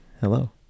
Hello